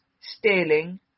stealing